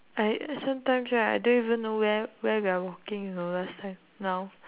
I I sometimes right I don't even know where where we're walking uh last time now